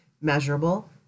measurable